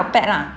pad lah